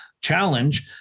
challenge